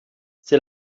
c’est